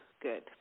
good